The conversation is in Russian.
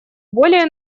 более